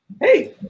Hey